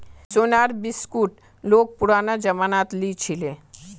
सोनार बिस्कुट लोग पुरना जमानात लीछीले